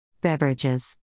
Beverages